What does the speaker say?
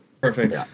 perfect